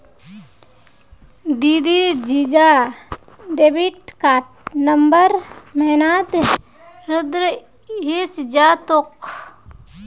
दीदीर Visa debit card नवंबर महीनात रद्द हइ जा तोक